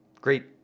Great